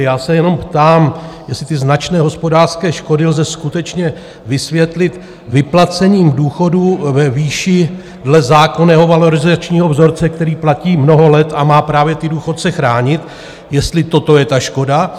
Já se jenom ptám, jestli ty značné hospodářské škody lze skutečně vysvětlit vyplacením důchodů ve výši dle zákonného valorizačního vzorce, který platí mnoho let a má právě ty důchodce chránit, jestli toto je ta škoda?